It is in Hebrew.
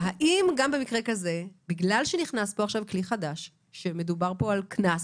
האם גם במקרה כזה בגלל שנכנס פה עכשיו כלי חדש שמדובר פה על קנס,